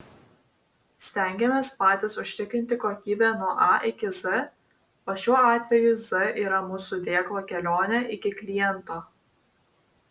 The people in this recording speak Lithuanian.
stengiamės patys užtikrinti kokybę nuo a iki z o šiuo atveju z yra mūsų dėklo kelionė iki kliento